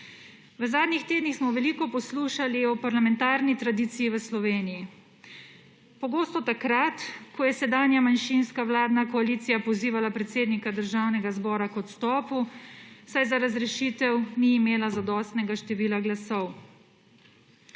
V zadnjih tednih smo veliko poslušali o parlamentarni tradiciji v Sloveniji. Pogosto takrat, ko je sedanja manjšinska vladna koalicija pozivala predsednika državnega zbora k odstopu, saj za razrešitev ni imela zadostnega števila glasov.